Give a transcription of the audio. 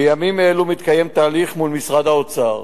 בימים אלו מתקיים תהליך מול משרד האוצר